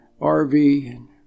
RV